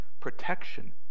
protection